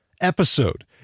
episode